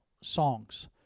songs